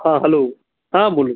हां हालो हां बोलो